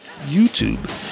YouTube